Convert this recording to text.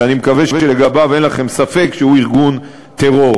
שאני מקווה שלגביו אין לכם ספק שהוא ארגון טרור.